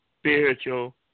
spiritual